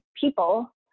people